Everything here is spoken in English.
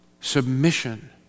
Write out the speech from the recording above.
submission